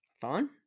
Fine